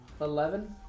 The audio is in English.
Eleven